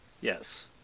Yes